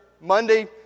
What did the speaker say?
Monday